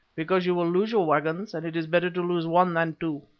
because you will lose your waggons, and it is better to lose one than two.